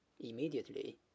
immediately